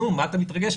מה אתה מתרגש,